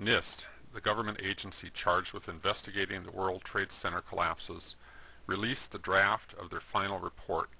nist the government agency charged with investigating the world trade center collapse was released the draft of their final report